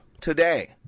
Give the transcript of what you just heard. today